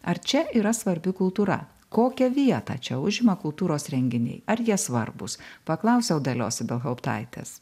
ar čia yra svarbi kultūra kokią vietą čia užima kultūros renginiai ar jie svarbūs paklausiau dalios ibelhauptaitės